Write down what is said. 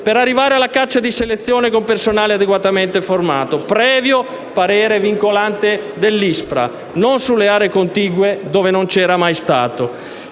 per arrivare alla caccia di selezione con personale adeguatamente formato, previo parere vincolante dell'ISPRA (non sulle aree contigue, dove non c'era mai stato)